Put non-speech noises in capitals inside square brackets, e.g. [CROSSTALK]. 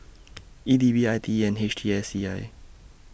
[NOISE] E D B I T E and H T S C I